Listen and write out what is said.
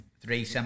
three